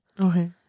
Okay